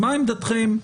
מה עמדתכם?